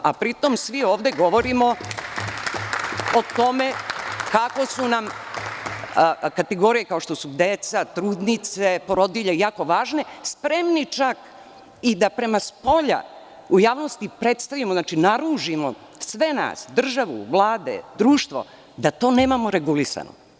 Pri tom, svi ovde govorimo o tome kako su nam kategorije kao što su deca, trudnice i porodilje jako važne, spremni čak i da prema spolja, u javnosti predstavimo, naružimo sve nas – državu, Vladu, društvo, da to nemamo regulisano.